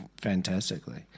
fantastically